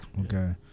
Okay